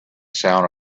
sound